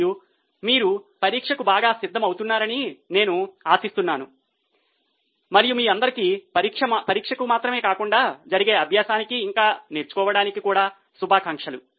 మరియు మీరు పరీక్షకు బాగా సిద్ధమవుతున్నారని నేను ఆశిస్తున్నాను మరియు మీ అందరికీ పరీక్షకు మాత్రమే కాకుండా జరిగే అభ్యాసానికి ఇంకా నేర్చుకోవడానికి కూడా శుభాకాంక్షలు